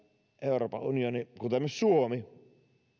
euroopan unioni kuten myös suomi